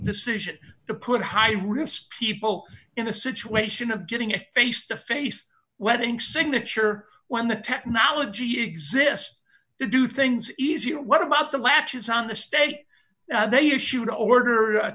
decision to put high risk people in a situation of getting a face to face wedding signature when the technology exists to do things easier what about the latches on the stage they issue the order